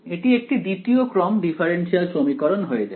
এটি একটি দ্বিতীয় ক্রম ডিফারেনশিয়াল সমীকরণ হয়ে যায়